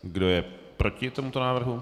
Kdo je proti tomuto návrhu?